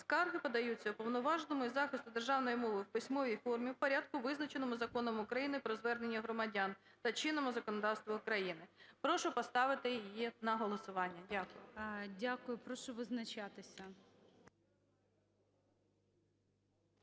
"Скарги подаються Уповноваженому із захисту державної мови в письмовій формі у порядку, визначеному Законом України "Про звернення громадян" та чинному законодавству України". Прошу поставити її на голосування. Дякую. ГОЛОВУЮЧИЙ. Дякую. Прошу визначатися.